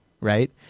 right